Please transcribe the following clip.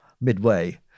midway